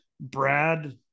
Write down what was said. Brad